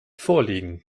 vorliegen